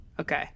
Okay